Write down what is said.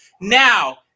Now